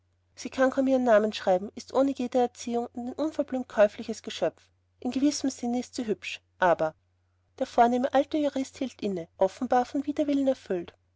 sie kann kaum ihren namen schreiben ist ohne jede erziehung und ein unverblümt käufliches geschöpf in gewissem sinne ist sie hübsch aber der vornehme alte jurist hielt inne offenbar von widerwillen erfüllt